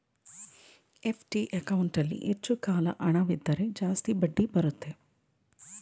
FD ಅಕೌಂಟಲ್ಲಿ ಹೆಚ್ಚು ಕಾಲ ಹಣವಿದ್ದರೆ ಜಾಸ್ತಿ ಬಡ್ಡಿ ಬರುತ್ತೆ